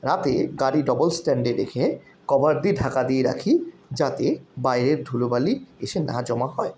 রাতে গাড়ি ডবল স্ট্যান্ডে রেখে কভার দিয়ে ঢাকা দিয়ে রাখি যাতে বাইরের ধুলোবালি এসে না জমা হয়